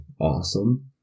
awesome